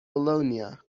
bologna